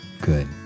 Good